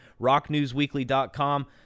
Rocknewsweekly.com